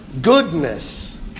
goodness